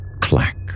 clack